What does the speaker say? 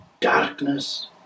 darkness